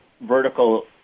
vertical